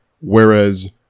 whereas